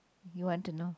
you want to know